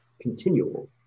continual